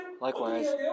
Likewise